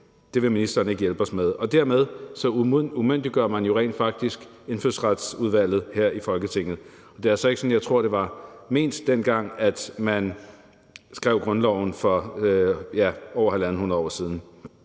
Det vil ministeren ikke hjælpe os med. Dermed umyndiggør man jo rent faktisk Indfødsretsudvalget her i Folketinget. Det er altså ikke sådan, jeg tror det var ment, dengang man skrev grundloven for, ja, over 150 år siden.